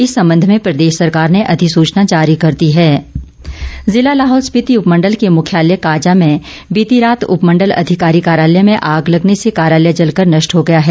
इस सम्बंध में प्रदेश सरकार ने अधिसूचना जारी कर दी है आग जिला लाहौल स्पीति उपमंडल के मुख्यालय काजा में बीती रात उपमंडल अधिकारी कार्यालय में आग लगने से कार्यालय जलकर नष्ट हो गया है